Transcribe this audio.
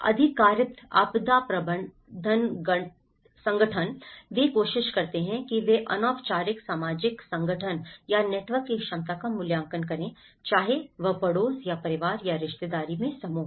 आधिकारिक आपदा प्रबंधन संगठन वे कोशिश करते हैं वे अनौपचारिक सामाजिक संगठन या नेटवर्क की क्षमता का मूल्यांकन करते हैं चाहे वह पड़ोस या परिवार या रिश्तेदारी समूह हों